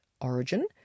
origin